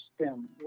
stem